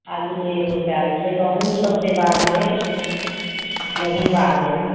आलू नहि अइ बेर कएल छै गहूँम सब से बाग भेल गहुँम बाग अइ